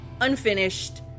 unfinished